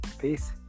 Peace